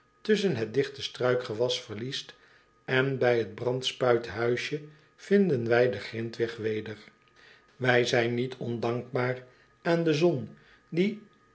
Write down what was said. tusschen het digte struikgewas verliest en bij het brandspuithuisje vinden wij den grintweg weder wij zijn niet ondankbaar aan de zon die